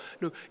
No